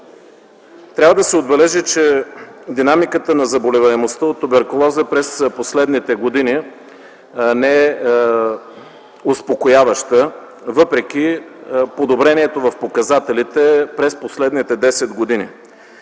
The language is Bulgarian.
Трябва да се отбележи, че динамиката на заболеваемостта от туберкулоза през последните години не е успокояваща, въпреки подобрението в показателите през последните 10 години.